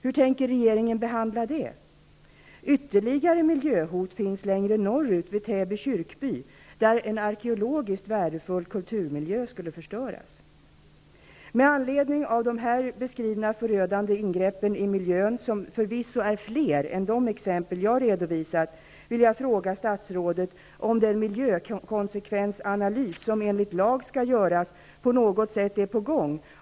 Hur tänker regeringen behandla det? Miljön hotas även längre norrut, vid Täby Kyrkby, där en arkeologiskt värdefull kulturmiljö skulle förstöras. Med anledning av de här beskrivna förödande ingreppen i miljön -- det finns förvisso fler exempel än dessa -- vill jag fråga statsrådet om den miljökonsekvensanalys som enligt lag skall göras på något sätt är på gång.